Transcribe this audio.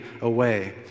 away